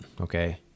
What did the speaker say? okay